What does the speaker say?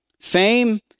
Fame